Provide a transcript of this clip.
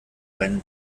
seinen